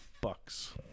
Bucks